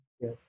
Yes